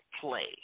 play